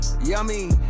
Yummy